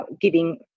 Giving